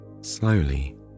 Slowly